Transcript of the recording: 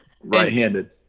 Right-handed